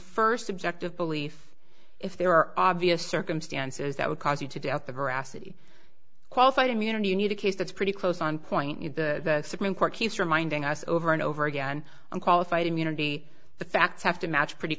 subjective belief if there are obvious circumstances that would cause you to doubt the veracity qualified immunity you need a case that's pretty close on point you the supreme court keeps reminding us over and over again i'm qualified immunity the facts have to match pretty